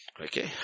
Okay